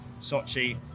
sochi